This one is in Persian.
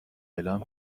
اعلام